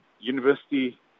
University